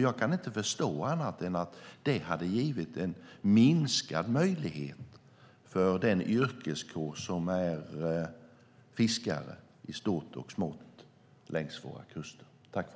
Jag kan inte förstå annat än att det hade givit en minskad möjlighet för den yrkeskår som består av fiskare i stort och smått längs våra kuster.